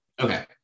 okay